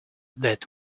that